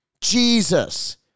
Jesus